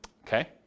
okay